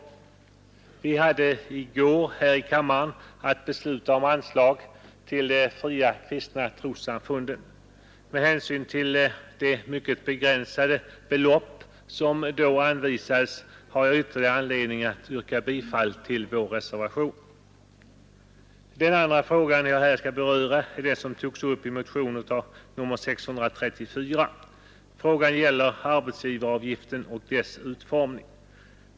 I går hade vi här i riksdagen att besluta om anslag till de fria kristna trossamfunden, och med hänsyn till det mycket begränsade belopp som då anvisades har jag nu ytterligare anledning att yrka bifall till reservationen 1. Den andra frågan — som tas upp i motionen 634 av herr Fälldin m.fl. — gäller arbetsgivaravgiften och dess utformning.